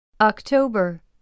October